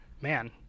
man